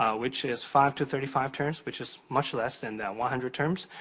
um which is five to thirty five terms, which is much less than one hundred terms.